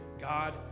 God